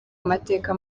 amateka